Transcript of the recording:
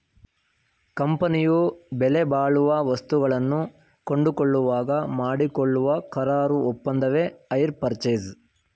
ಕಂಪನಿಯು ಬೆಲೆಬಾಳುವ ವಸ್ತುಗಳನ್ನು ಕೊಂಡುಕೊಳ್ಳುವಾಗ ಮಾಡಿಕೊಳ್ಳುವ ಕರಾರು ಒಪ್ಪಂದವೆ ಹೈರ್ ಪರ್ಚೇಸ್